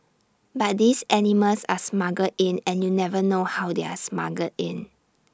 but these animals are smuggled in and you never know how they are smuggled in